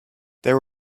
there